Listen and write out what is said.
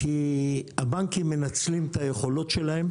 כי הבנקים מנצלים את היכולות שלהם